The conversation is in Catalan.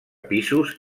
pisos